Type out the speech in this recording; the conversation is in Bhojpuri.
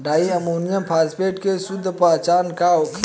डाइ अमोनियम फास्फेट के शुद्ध पहचान का होखे?